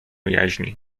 jaźni